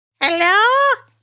Hello